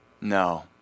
No